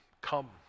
come